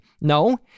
No